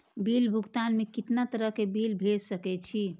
Bill भुगतान में कितना तरह के बिल भेज सके छी?